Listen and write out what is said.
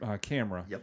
camera